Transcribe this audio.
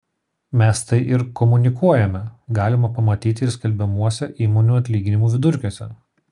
mes tai ir komunikuojame galima pamatyti ir skelbiamuose įmonių atlyginimų vidurkiuose